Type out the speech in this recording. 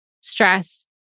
stress